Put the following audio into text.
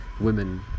women